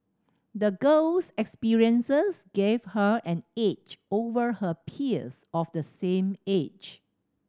the girl's experiences gave her an edge over her peers of the same age